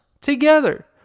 Together